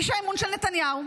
איש האמון של נתניהו,